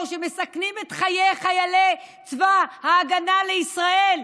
שמסכנים את חיי חיילי צבא ההגנה לישראל,